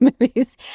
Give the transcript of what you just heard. movies